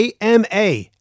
AMA